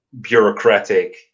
bureaucratic